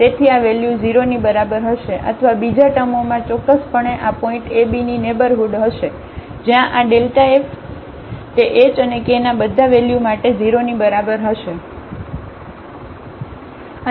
તેથી આ વેલ્યુ 0 ની બરાબર હશે અથવા બીજા ટર્મોમાં ચોક્કસપણે આ પોઇન્ટ a b ની નેઇબરહુડ હશે જ્યાં આ f તે h અને k નાં બધાં વેલ્યુ માટે 0 ની બરાબર હશે